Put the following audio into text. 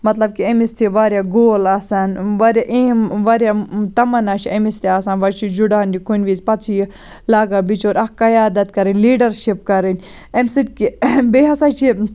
مَطلَب کہِ أمِس تہِ واریاہ گول آسان واریاہ ایم واریاہ تَمَنّا چھِ أمس تہِ آسان وۄنۍ چھُ جُڑان یہِ کُنہِ وِز پتہٕ چھ یہِ لاگان بِچور اکھ قَیادَت کَرٕنۍ لیٖڈَرشِپ کَرٕنۍ امہِ سۭتۍ کہِ بیٚیہِ ہَسا چھ